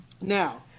now